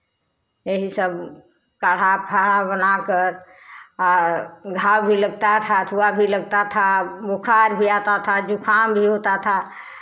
यही सब काढ़ा फाड़ा बनाकर आ घाव भी लगता था अथवा भी लगता था बुखार भी आता था ज़ुकाम भी होता था